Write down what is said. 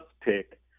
pick